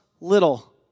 little